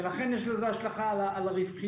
ולכן יש לזה השלכה על הרווחיות,